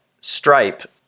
Stripe